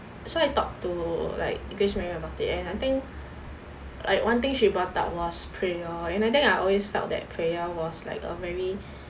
so I talked to like grace about it and I think like one thing she brought up was prayer and I think I always felt that prayer was like a very